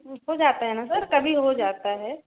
हो जाता है ना सर कभी कभी हो जाता है